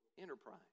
enterprise